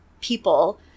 people